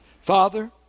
Father